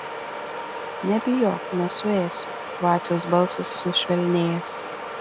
nebijok nesuėsiu vaciaus balsas sušvelnėjęs